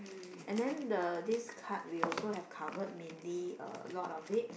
and then the this card we also have covered mainly a lot of it